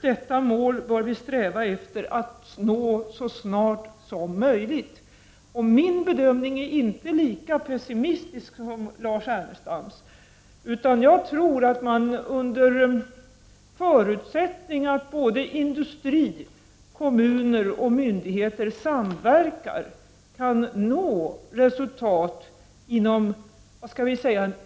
Detta mål bör vi sträva efter att nå så snart som möjligt. Min bedömning är inte lika pessimistisk som Lars Ernestams, utan jag tror att målet, under förutsättning att industrin, kommuner och myndigheter samverkar, kan nås inom